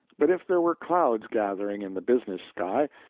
but if there were clouds gathering in the business sky,